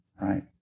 right